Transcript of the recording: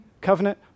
Covenant